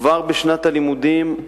כבר בשנת הלימודים,